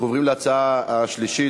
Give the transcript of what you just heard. אנחנו עוברים להצעה השלישית.